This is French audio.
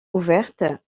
ouverte